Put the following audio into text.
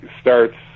starts